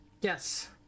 Yes